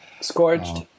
Scorched